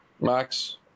Max